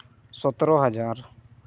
ᱥᱚᱛᱨᱚ ᱦᱟᱡᱟᱨ